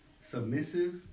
submissive